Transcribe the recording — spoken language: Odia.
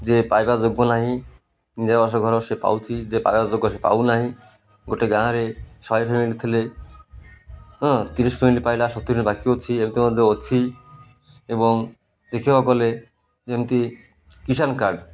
ଯେ ପାଇବା ଯୋଗ୍ୟ ନାହିଁ ଇନ୍ଦିରା ଆବାସ ଘର ସେ ପାଉଛି ଯେ ପାଇବା ଯୋଗ୍ୟ ସେ ପାଉନାହିଁ ଗୋଟେ ଗାଁରେ ଶହେ ଫ୍ୟାମିଲି ଥିଲେ ତିରିଶି ଫ୍ୟାମିଲି ପାଇଲା ସତୁରିି ବାକି ଅଛି ଏମିତି ମଧ୍ୟ ଅଛି ଏବଂ ଦେଖିବାକୁ ଗଲେ ଯେମିତି କିଷାନ କାର୍ଡ଼